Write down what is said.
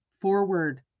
forward